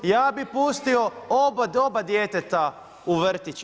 Ja bi pustio oba djeteta u vrtić.